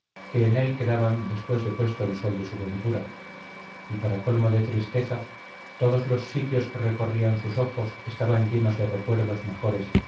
que en él quedaban después de puesto el sol de su ventura y para colmo de tristeza todos los sitios que recorrían sus ojos estaban llenos de recuerdos mejores